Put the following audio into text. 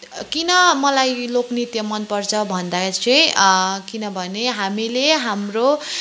किन मलाई लोकनृत्य मनपर्छ भन्दा चाहिँ किनभने हामीले हाम्रो